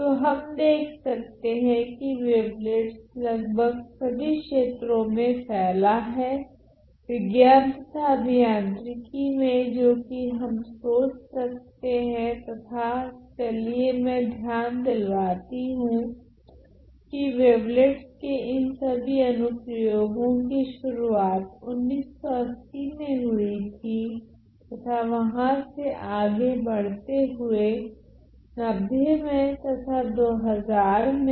तो हम देख सकते है कि वेवलेट्स लगभग सभी क्षेत्रों में फेला है विज्ञान तथा अभियांत्रिकी में जो कि हम सोच सकते है तथा चलिए मैं ध्यान दिलवाती हूँ कि वेवलेट्स के इन सभी अनुप्रयोगो कि शुरुआत 1980 में हुई थी तथा वहाँ से आगे बढ़ते हुए 90 में तथा 2000 में